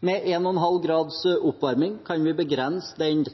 Med 1,5 graders oppvarming kan vi begrense den